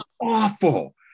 awful